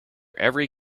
every